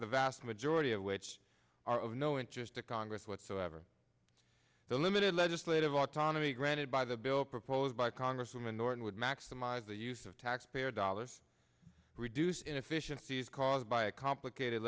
the vast majority of which are of no interest to congress whatsoever the limited legislative autonomy granted by the bill proposed by congresswoman norton would maximize the use of taxpayer dollars reduce inefficiencies caused by a complicated